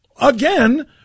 again